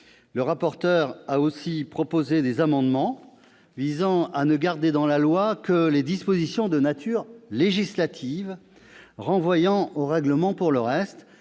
Le rapporteur a aussi proposé des amendements visant à ne garder dans la loi que les dispositions de nature législative, renvoyant pour le reste